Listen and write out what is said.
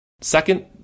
Second